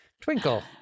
Twinkle